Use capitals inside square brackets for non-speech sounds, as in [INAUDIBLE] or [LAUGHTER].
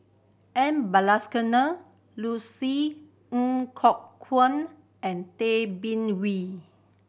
M Balakrishnan [UNINTELLIGIBLE] Ng Kok Kwang and Tay Bin Wee